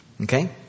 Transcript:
Okay